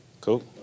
Cool